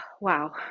wow